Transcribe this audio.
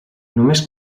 només